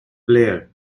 player